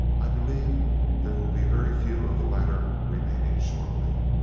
i believe there will be very few of the latter remaining shortly.